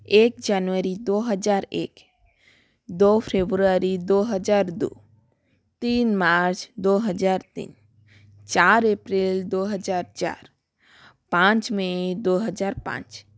एक जनवरी दो हजार एक दो फेब्रुअरी दो हजार दो तीन मार्च दो हजार तीन चार एप्रैल दो हजार चार पाँच मई दो हजार पाँच